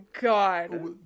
God